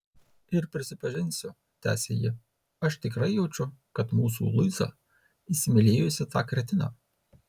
ir prisipažinsiu tęsė ji aš tikrai jaučiu kad mūsų luiza įsimylėjusi tą kretiną